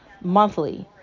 monthly